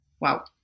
Wow